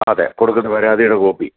അതെ കൊടുക്കുന്ന പരാതിയുടെ കോപ്പി